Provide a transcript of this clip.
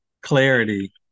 clarity